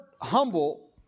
humble